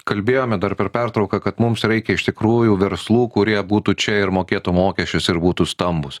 kalbėjome dar per pertrauką kad mums reikia iš tikrųjų verslų kurie būtų čia ir mokėtų mokesčius ir būtų stambūs